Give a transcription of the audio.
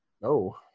No